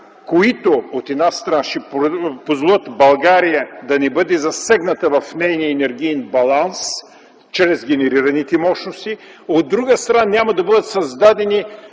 които, от една страна, ще позволят България да не бъде засегната в своя енергиен баланс чрез генерираните мощности; от друга страна, няма да бъдат създадени